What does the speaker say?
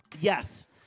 Yes